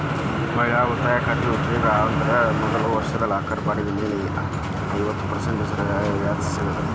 ಮಹಿಳಾ ಉಳಿತಾಯ ಖಾತೆ ಉಪಯೋಗ ಅಂದ್ರ ಮೊದಲ ವರ್ಷದ ಲಾಕರ್ ಬಾಡಿಗೆಗಳ ಮೇಲೆ ಐವತ್ತ ಪರ್ಸೆಂಟ್ ರಿಯಾಯಿತಿ ಸಿಗ್ತದ